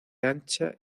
ancha